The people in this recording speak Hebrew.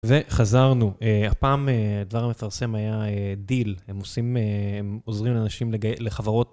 וחזרנו, הפעם דבר המפרסם היה דיל, הם עוזרים לאנשים לחברות.